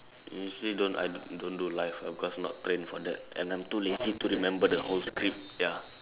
you say don't I don't don't do live lah because not trained for that and I'm too lazy to remember the whole script ya